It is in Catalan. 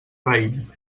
raïm